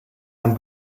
ein